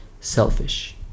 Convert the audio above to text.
selfish